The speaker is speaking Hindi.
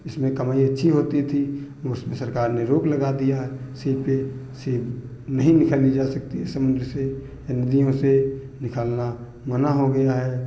इसमें कमाई अच्छी होती थी वो उसमें सरकार ने रोक लगा दिया है सीप पे सीप नहीं निखाली जा सकती है समुन्द्र से या नदियों से निखालना मना हो गया है